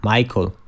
Michael